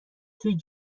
توی